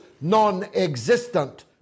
non-existent